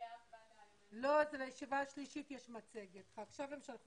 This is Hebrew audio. ישיבת הוועדה היום 9 בנובמבר 2020. נושא הסיוע